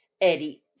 eddie